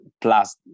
plus